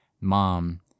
mom